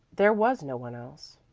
there was no one else.